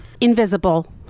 invisible